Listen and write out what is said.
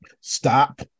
Stop